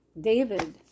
David